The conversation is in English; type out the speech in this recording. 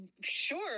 sure